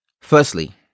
firstly